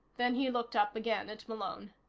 then he looked up again at malone.